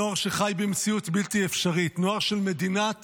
נוער שחי במציאות בלתי אפשרית, נוער של מדינת